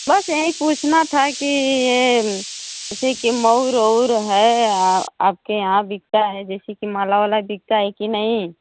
बस यहीं पूछना था कि ये जैसे कि मौर और है आपके यहाँ बिकता हे जैसे कि माला वाला बिकता है कि नही